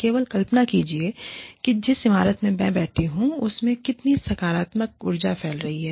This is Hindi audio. केवल कल्पना कीजिए जिस इमारत में मैं बैठी हूं उसमें कितनी सकारात्मक ऊर्जा फैल रही है